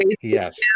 Yes